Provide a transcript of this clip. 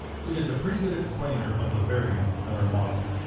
so it's a pretty good explainer of the variance in our model.